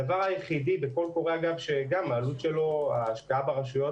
הדבר היחידי בקול קורא ההשקעה ברשויות